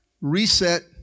reset